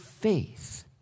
faith